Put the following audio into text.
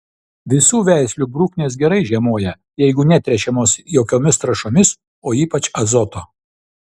visų veislių bruknės gerai žiemoja jeigu netręšiamos jokiomis trąšomis o ypač azoto